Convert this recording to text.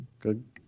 Good